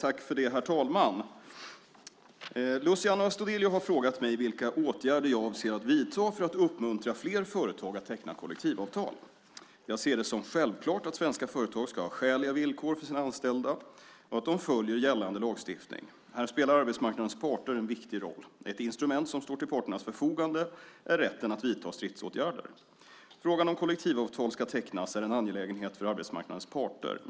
Herr talman! Luciano Astudillo har frågat mig vilka åtgärder jag avser att vidta för att uppmuntra fler företag att teckna kollektivavtal. Jag ser det som självklart att svenska företag ska ha skäliga villkor för sina anställda och att de följer gällande lagstiftning. Här spelar arbetsmarknadens parter en viktig roll. Ett instrument som står till parternas förfogande är rätten att vidta stridsåtgärder. Frågan om huruvida kollektivavtal ska tecknas är en angelägenhet för arbetsmarknadens parter.